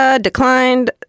Declined